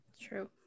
true